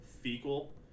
fecal